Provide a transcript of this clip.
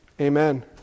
Amen